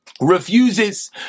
refuses